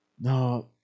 no